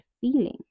feeling